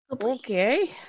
Okay